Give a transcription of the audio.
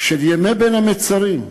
של ימי בין המצרים,